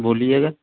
बोलिएगा